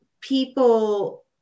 people